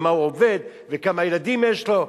במה הוא עובד וכמה ילדים יש לו.